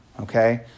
Okay